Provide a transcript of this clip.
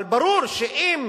אבל ברור שאם